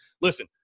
listen